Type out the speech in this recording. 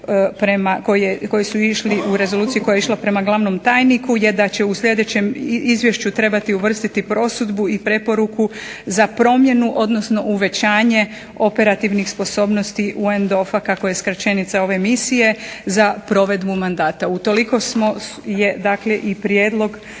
koja je išla prema glavnom tajniku da će u sljedećem izvješću trebati uvrstiti prosudbu i preporuku za promjenu odnosno uvećanje operativnih sposobnosti UN DOF-a kako je skraćenica ove misije za provedbu mandata. Utoliko je i prijedlog